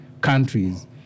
countries